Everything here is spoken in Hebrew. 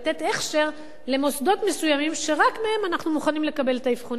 הכשר למוסדות מסוימים שרק מהם אנחנו מוכנים לקבל את האבחונים,